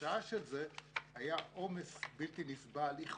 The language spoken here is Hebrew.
תוצאה של זה היא שהיה עומס בלתי נסבל, איחורים,